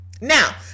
Now